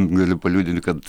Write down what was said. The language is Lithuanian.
galiu paliudyti kad